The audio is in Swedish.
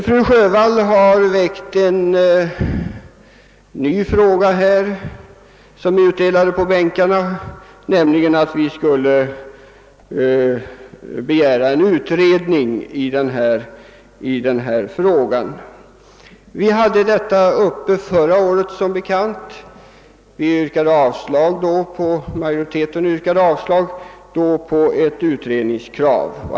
Fru Sjövall har här aktualiserat en ny fråga, nämligen att vi skulle begära en utredning beträffande u-hjälpen. Vi hade som bekant detta spörsmål uppe förra året. Majoriteten yrkade då avslag på utredningskravet.